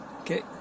Okay